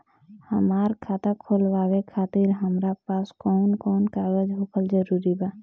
हमार खाता खोलवावे खातिर हमरा पास कऊन कऊन कागज होखल जरूरी बा?